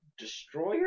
Destroyer